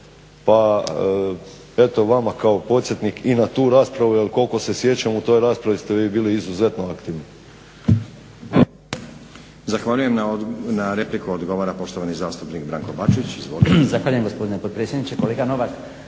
pa eto vama kao podsjetnik i na tu raspravu jer koliko se sjećam u toj raspravi ste vi bili izuzetno aktivni.